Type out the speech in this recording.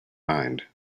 mind